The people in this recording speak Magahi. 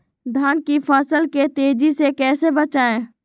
धान की फसल के तेजी से कैसे बढ़ाएं?